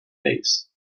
bass